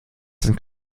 sind